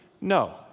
No